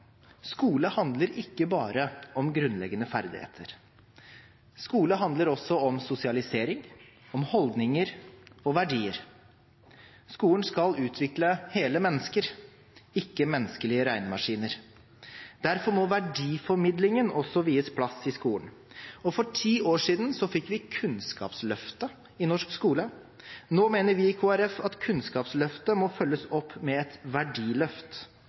skole handler ikke bare om grunnleggende ferdigheter. Skole handler også om sosialisering, om holdninger og verdier. Skolen skal utvikle hele mennesker, ikke menneskelige regnemaskiner. Derfor må verdiformidlingen også vies plass i skolen. For ti år siden fikk vi Kunnskapsløftet i norsk skole. Nå mener vi i Kristelig Folkeparti at Kunnskapsløftet må følges opp med et verdiløft